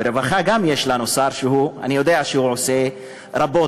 גם ברווחה יש לנו שר שאני יודע שהוא עושה רבות,